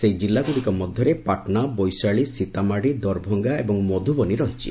ସେହି କିଲ୍ଲାଗୁଡ଼ିକ ମଧ୍ୟରେ ପାଟନା ବୈଶାଳୀ ସୀତାମାଢ଼ି ଦରଭଙ୍ଗା ଏବଂ ମଧୁବନୀ ରହିଛି